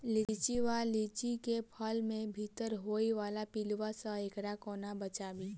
लिच्ची वा लीची केँ फल केँ भीतर होइ वला पिलुआ सऽ एकरा कोना बचाबी?